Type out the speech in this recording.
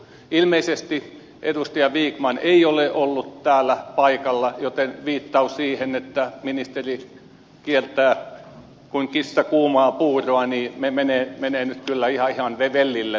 ilmeisesti edustaja vikman ei ole ollut täällä paikalla joten viittaus siihen että ministeri kiertää kuin kissa kuumaa puuroa menee nyt kyllä ihan vellille tässä kohtaa